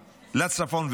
לצפון,